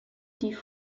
die